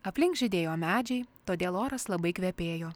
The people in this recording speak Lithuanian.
aplink žydėjo medžiai todėl oras labai kvepėjo